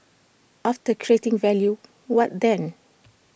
after creating value what then